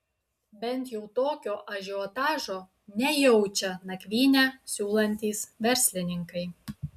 bent jau tokio ažiotažo nejaučia nakvynę siūlantys verslininkai